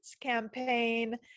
campaign